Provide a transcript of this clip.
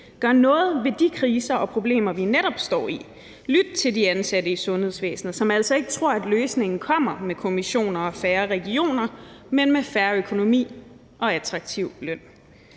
Gør noget ved de kriser og problemer, vi netop oplever. Lyt til de ansatte i sundhedsvæsenet, som altså ikke tror, at løsningen kommer med kommissioner og færre regioner, men med fair økonomi og attraktiv løn.